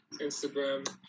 Instagram